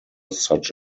such